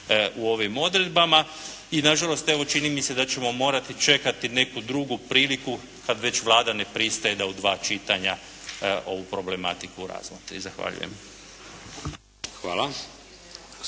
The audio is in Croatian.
u ovim odredbama. I na žalost evo čini mi se da ćemo morati čekati neku drugu priliku kada već Vlada ne pristaje da u dva čitanja ovu problematiku razmotri. Zahvaljujem.